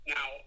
Now